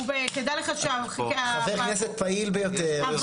חבר כנסת פעיל ביותר.